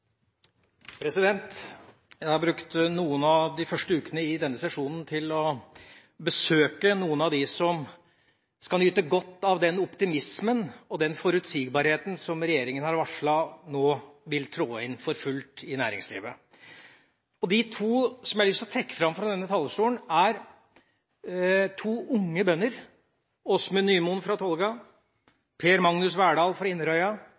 omme. Jeg har brukt noen av de første ukene i denne sesjonen til å besøke noen av dem som skal nyte godt av den optimismen og den forutsigbarheten regjeringa har varslet nå vil inntre for fullt i næringslivet. De to jeg har lyst til å trekke fram fra denne talerstolen, er to unge bønder – Åsmund Nymoen fra